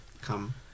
come